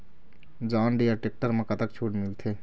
John Deere tractor म कतक छूट मिलथे?